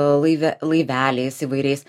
laive laiveliais įvairiais